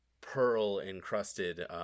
pearl-encrusted